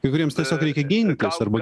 kai kuriems tiesiog reikia gintis arba